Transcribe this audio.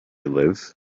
live